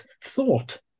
thought